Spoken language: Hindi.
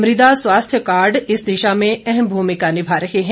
मृदा स्वास्थ्य कार्ड इस दिशा में अहम भूमिका निभा रहे हैं